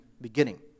beginning